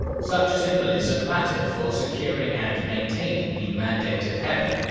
such symbolism mattered for securing and maintaining the mandate of heaven,